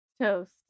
Toast